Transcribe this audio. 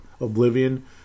oblivion